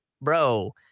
bro